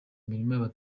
imirima